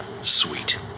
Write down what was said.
Sweet